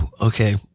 Okay